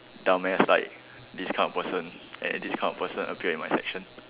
dumb ass like this kind of person and then this kind of person appear in my section